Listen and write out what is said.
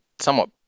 somewhat